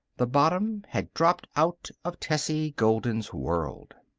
the bottom had dropped out of tessie golden's world.